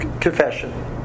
confession